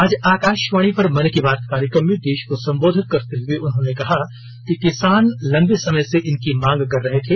आज आकाशवाणी पर मन की बात कार्यक्रम में देश को संबोधित करते हुए उन्होंने कहा कि किसान लंबे समय से इनकी मांग कर रहे थे